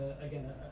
again